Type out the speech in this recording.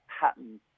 happen